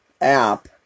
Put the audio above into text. app